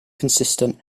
consistent